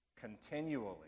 continually